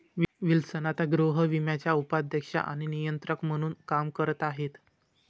Wilson आता गृहविम्याचे उपाध्यक्ष आणि नियंत्रक म्हणून काम करत आहेत